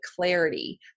clarity